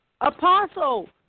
Apostle